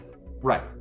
Right